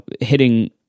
hitting